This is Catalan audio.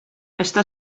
està